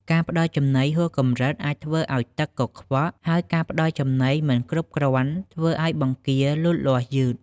ការផ្តល់ចំណីហួសកម្រិតអាចធ្វើឲ្យទឹកកខ្វក់ ហើយការផ្តល់ចំណីមិនគ្រប់គ្រាន់ធ្វើឲ្យបង្គាលូតលាស់យឺត។